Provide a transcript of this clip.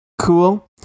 cool